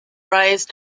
rise